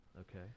Okay